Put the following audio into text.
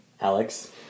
Alex